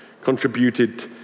contributed